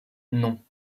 non